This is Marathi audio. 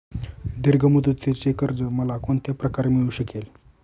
दीर्घ मुदतीचे कर्ज मला कोणत्या प्रकारे मिळू शकेल?